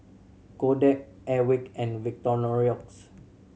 Kodak Airwick and Victorinox